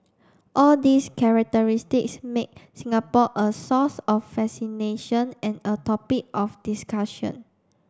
all these characteristics make Singapore a source of fascination and a topic of discussion